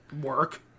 Work